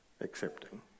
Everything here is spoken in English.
accepting